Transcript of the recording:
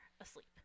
asleep